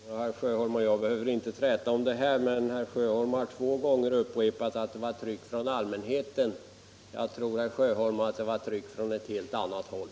Herr talman! Herr Sjöholm och jag behöver inte träta längre om detta, men herr Sjöholm har två gånger upprepat att det var ett tryck från allmänheten. Jag tror, herr Sjöholm, att det var tryck från helt annat håll.